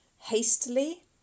hastily